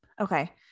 Okay